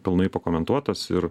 pilnai pakomentuotas ir